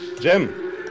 Jim